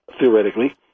theoretically